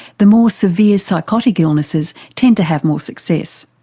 the more severe psychotic illnesses tend to have more success.